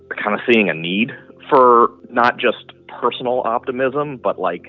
kind of seeing a need for not just personal optimism but, like